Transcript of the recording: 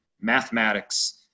mathematics